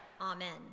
Amen